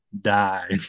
die